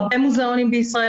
הרבה מוזיאונים בישראל,